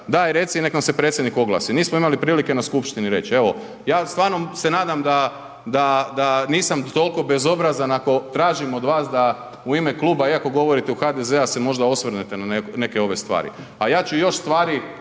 daj reci nek nam se predsjednik oglasi, nismo imali prilike na skupštini reći. Evo ja stvarno se nadam da, da nisam toliko bezobrazan ako tražim od vas da u ime kluba, iako govorite u HDZ-a se možda osvrnete na neke ove stvar, a ja ću još stvari